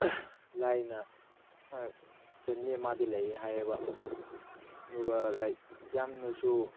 ꯂꯥꯏꯅ ꯐꯦꯃꯤꯂꯤ ꯑꯃꯗꯤ ꯂꯩꯌꯦ ꯍꯥꯏꯌꯦꯕ ꯑꯗꯨꯒ ꯂꯥꯏꯛ ꯌꯥꯝꯅꯁꯨ